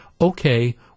okay